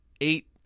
eight